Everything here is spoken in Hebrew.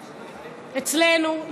אצלנו,